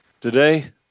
Today